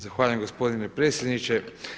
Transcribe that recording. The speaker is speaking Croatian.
Zahvaljujem gospodine predsjedniče.